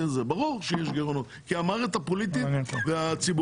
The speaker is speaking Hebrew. ברור שיש גירעונות כי המערכת הפוליטית והציבורית